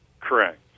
Correct